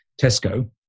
Tesco